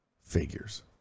Figures